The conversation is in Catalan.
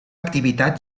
activitat